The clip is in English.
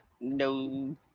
No